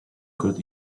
could